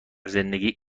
زندگی